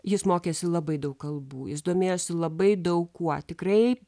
jis mokėsi labai daug kalbų jis domėjosi labai daug kuo tikrai